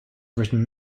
written